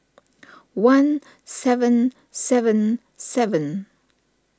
one seven seven seven